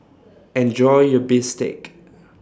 Enjoy your Bistake